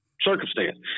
circumstance